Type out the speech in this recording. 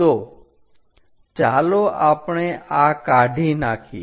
તો ચાલો આપણે આ કાઢી નાખીએ